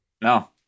no